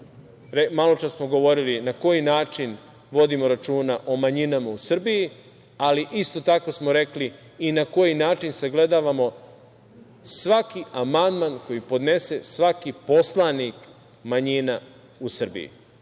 maločas smo govorili, na koji način vodimo računa o manjinama u Srbiji, ali isto tako smo rekli i na koji način sagledavamo svaki amandman koji podnese svaki poslanik manjina u Srbiji.